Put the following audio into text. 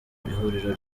ihuriro